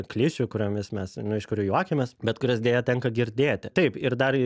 klišių kuriomis mes nu iš kurių juokiamės bet kurias deja tenka girdėti taip ir dar